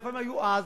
איפה הם היו אז